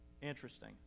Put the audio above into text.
Interesting